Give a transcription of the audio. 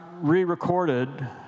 re-recorded